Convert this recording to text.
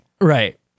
Right